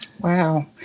Wow